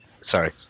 sorry